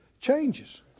changes